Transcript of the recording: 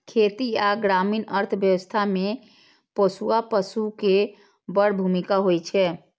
खेती आ ग्रामीण अर्थव्यवस्था मे पोसुआ पशु के बड़ भूमिका होइ छै